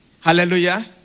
Hallelujah